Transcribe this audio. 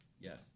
Yes